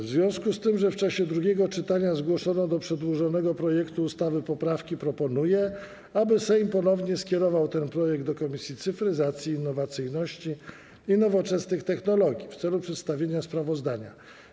W związku z tym, że w czasie drugiego czytania zgłoszono do przedłożonego projektu ustawy poprawki, proponuję, aby Sejm ponownie skierował ten projekt do Komisji Cyfryzacji, Innowacyjności i Nowoczesnych Technologii w celu przedstawienia sprawozdania.